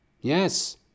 Yes